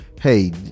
hey